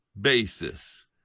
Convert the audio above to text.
basis